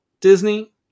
Disney